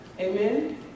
Amen